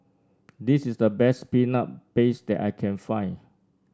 this is the best Peanut Paste that I can find